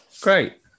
great